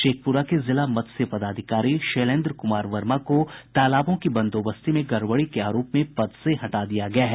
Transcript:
शेखपुरा के जिला मत्स्य पदाधिकारी शैलेन्द्र कुमार वर्मा को तालाबों की बंदोबस्ती में गड़बड़ी के आरोप में पद से हटा दिया गया है